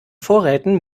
vorräten